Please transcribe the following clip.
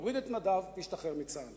יוריד את מדיו וישתחרר מצה"ל.